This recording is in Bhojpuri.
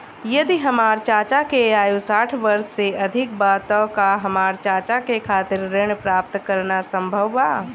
यदि हमार चाचा के आयु साठ वर्ष से अधिक बा त का हमार चाचा के खातिर ऋण प्राप्त करना संभव बा?